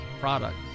product